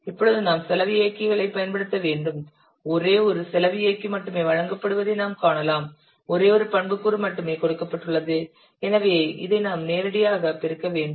இப்பொழுது நாம் செலவு இயக்கிகளைப் பயன்படுத்த வேண்டும் ஒரே ஒரு செலவு இயக்கி மட்டுமே வழங்கப்படுவதை நாம் காணலாம் ஒரே ஒரு பண்புக்கூறு மட்டுமே கொடுக்கப்பட்டுள்ளது எனவே இதை நாம் நேரடியாகப் பெருக்க வேண்டும்